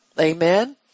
Amen